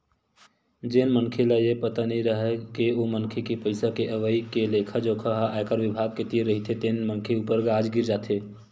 जेन मनखे ल ये पता नइ राहय के ओ मनखे के पइसा के अवई के लेखा जोखा ह आयकर बिभाग के तीर रहिथे तेन मनखे ऊपर गाज गिर जाथे